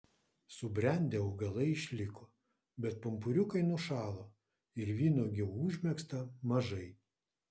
subrendę augalai išliko bet pumpuriukai nušalo ir vynuogių užmegzta mažai